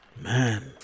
Man